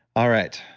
all right.